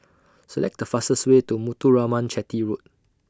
Select The fastest Way to Muthuraman Chetty Road